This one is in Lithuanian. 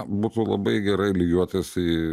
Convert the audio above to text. būtų labai gerai lygiuotis į